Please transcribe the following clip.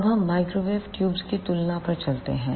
अब हम माइक्रोवेव ट्यूबों की तुलना पर चलते हैं